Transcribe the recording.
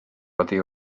oddi